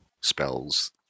spells